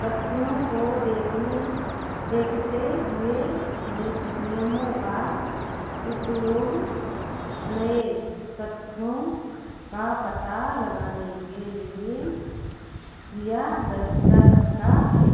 तथ्यों को देखने देखते हुए नि नियमों का उपयोग नए तत्थों का पता लगाने के लिए किया जा सकता है